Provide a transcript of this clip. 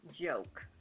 joke